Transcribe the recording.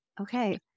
Okay